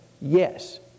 yes